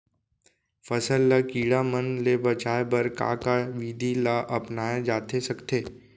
फसल ल कीड़ा मन ले बचाये बर का का विधि ल अपनाये जाथे सकथे?